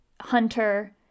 Hunter